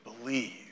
believe